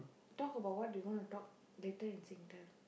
talk about what you gonna talk later in Singtel